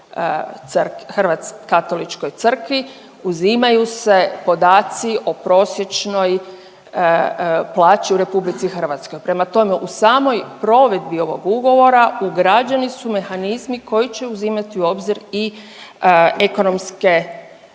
Katoličkoj crkvi uzimaju se podaci o prosječnoj plaći u RH. Prema tome, u samoj provedbi ovog ugovora ugrađeni su mehanizmi koji će uzimati u obzir i ekonomske